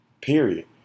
period